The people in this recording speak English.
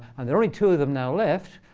and there are only two of them now left.